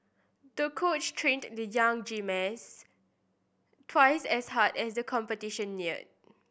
the coach trained the young gymnast twice as hard as the competition neared